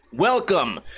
Welcome